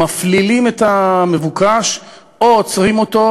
מפלילים את המבוקש או עוצרים אותו,